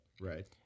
Right